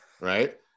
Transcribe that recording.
right